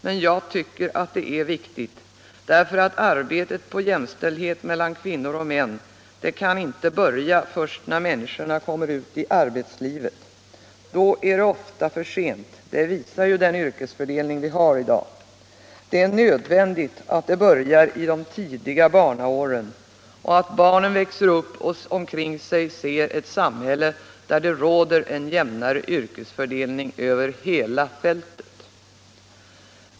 Men jag tycker det är viktigt, eftersom arbetet på jämställdhet mellan kvinnor och män inte kan börja först när människor kommer ut i arbetslivet. Då är det ofta försent. Det visar ju den yrkesfördelning som vi har i dag. Det är nödvändigt att arbetet på jämställdhet börjar i de tidiga barnaåren och att barnen växer upp och omkring sig ser eu samhälle, där det råder en jämnare yrkesfördelning över hela fältet.